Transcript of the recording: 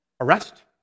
arrest